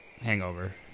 hangover